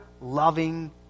loving